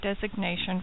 designation